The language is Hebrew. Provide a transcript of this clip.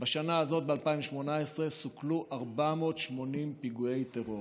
בשנה הזאת, ב-2018, סוכלו 480 פיגועי טרור